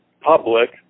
public